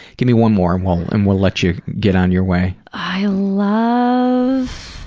give me one more and we'll and we'll let you get on your way. i love,